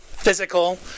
physical